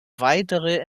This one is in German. weitere